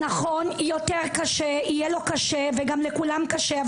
נכון, יותר קשה, יהיה לו קשה וגם לכולם קשה.